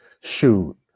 shoot